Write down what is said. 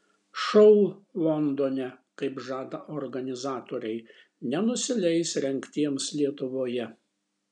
šou londone kaip žada organizatoriai nenusileis rengtiems lietuvoje